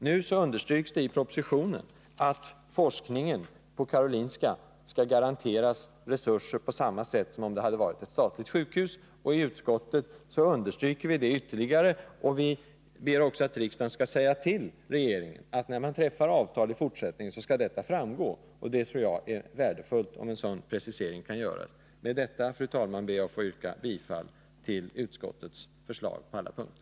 I propositionen understryks att forskningen på Karolinska i fortsättningen skall garanteras resurser på samma sätt som om det hade varit ett statligt sjukhus. I utskottsbetänkandet understryker vi detta ytterligare. Vi ber också att riksdagen till regeringen skall uttala att detta skall framgå när man i fortsättningen träffar avtal. Jag tror att det är värdefullt om en sådan precisering kan göras. Med detta, fru talman, ber jag att få yrka bifall till utskottets förslag på alla punkter.